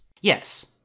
Yes